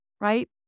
right